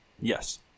Yes